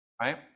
Right